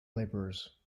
laborers